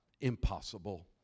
impossible